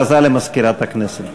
הכרזה למזכירת הכנסת.